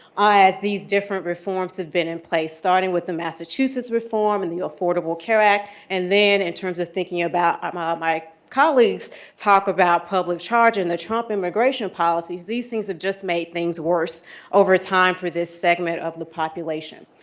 as these different reforms have been in place, starting with the massachusetts reform and the affordable care act, and then, in terms of thinking about um ah my colleagues' talk about public charge in the trump immigration policies, these things have just made things worse over time for this segment of the population.